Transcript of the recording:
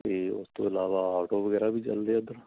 ਅਤੇ ਉਸ ਤੋਂ ਇਲਾਵਾ ਆਟੋ ਵਗੈਰਾ ਵੀ ਚੱਲਦੇ ਆ ਇੱਧਰ